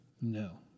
No